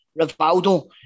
Rivaldo